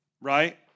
right